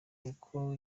kuko